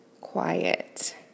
quiet